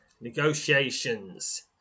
Negotiations